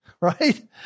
Right